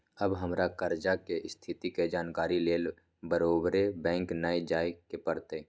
अब हमरा कर्जा के स्थिति के जानकारी लेल बारोबारे बैंक न जाय के परत्